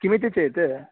किमिति चेत्